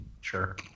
Sure